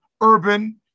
urban